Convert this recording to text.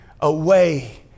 away